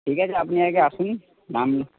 ঠিক আছে আপনি আগে আসুন নাম